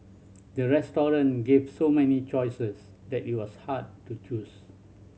the gave so many choices that it was hard to choose